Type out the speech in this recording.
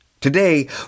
Today